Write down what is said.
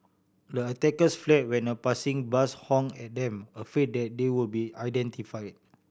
the attackers fled when a passing bus honk at them afraid that they would be identify